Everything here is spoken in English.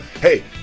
Hey